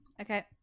Okay